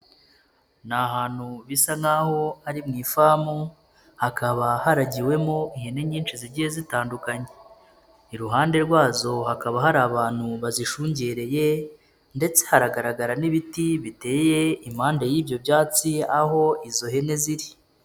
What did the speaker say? Ni ahantu bisa nk'aho ari mu ifamu hakaba haragiwemo ihene nyinshi zigiye zitandukanye, iruhande rwazo hakaba hari abantu bazishungereye ndetse haragaragara n'ibiti biteye impande y'ibyo byatsi aho izo hene ziri.